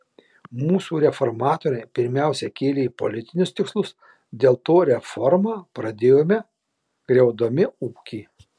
mūsų reformatoriai pirmiausia kėlė politinius tikslus dėl to reformą pradėjome griaudami ūkį